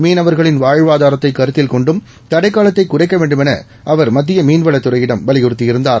மீனவர்களின் வாழ்வாதாரத்தை கருத்தில்கொண்டும் தடைக்காலத்தை குறைக்க வேண்டுமௌ அவர் மத்திய மீன்வளத்துறையிடம் வலியுறுத்தி இருந்தார்